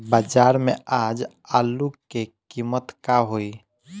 बाजार में आज आलू के कीमत का होई?